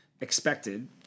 expected